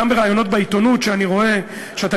גם בראיונות בעיתונות שאני רואה שאתה